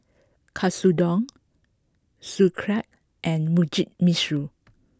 Katsudon Sauerkraut and Mugi Meshi